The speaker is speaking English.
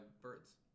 birds